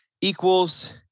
equals